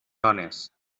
dones